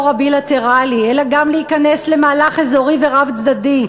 הבילטרלי אלא גם להיכנס למהלך אזורי ורב-צדדי,